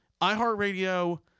iHeartRadio